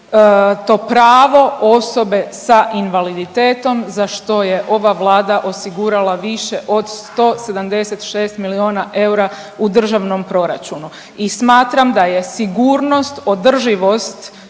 to pravo osobe sa invaliditetom, za što je ova Vlada osigurala više od 176 milijuna eura u državnom proračunu i smatram da je sigurnost, održivost